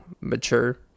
mature